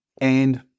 And-